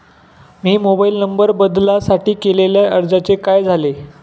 मी mobile number बदलासाठी केलेल्या अर्जाचे काय झाले?